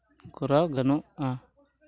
ᱠᱚᱨᱟᱣ ᱜᱟᱱᱚᱜᱼᱟ